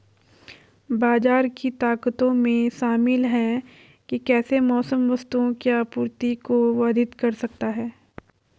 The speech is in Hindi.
बाजार की ताकतों में शामिल हैं कि कैसे मौसम वस्तुओं की आपूर्ति को बाधित कर सकता है